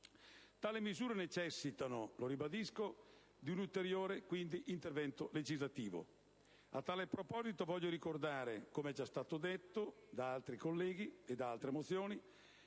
Tali misure necessitano, lo ribadisco, di un ulteriore intervento legislativo. A tale proposito voglio ricordare, come già detto da altri colleghi e in altre mozioni,